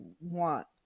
want